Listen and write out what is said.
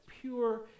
pure